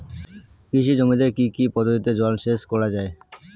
কৃষি জমিতে কি কি পদ্ধতিতে জলসেচ করা য়ায়?